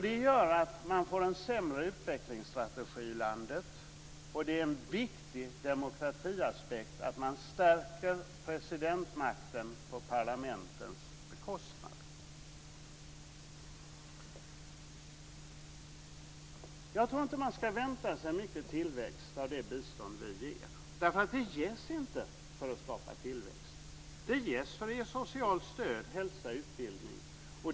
Det gör att man får en sämre utvecklingsstrategi i landet, och det är en viktig demokratiaspekt att man stärker presidentmakten på parlamentens bekostnad. Jag tror inte att man ska vänta sig mycket tillväxt av det bistånd vi ger. Det ges inte för att skapa tillväxt. Det ges som socialt stöd och för att förbättra hälsa och utbildning.